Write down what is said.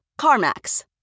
CarMax